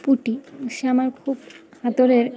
পুটি সে আমার খুব আতরের